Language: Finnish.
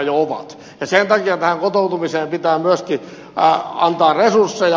sen takia tähän kotoutumiseen pitää myöskin antaa resursseja